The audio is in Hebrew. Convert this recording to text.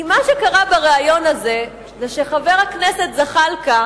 כי מה שקרה בריאיון הזה, זה שחבר הכנסת זחאלקה